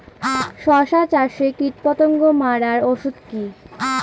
শসা চাষে কীটপতঙ্গ মারার ওষুধ কি?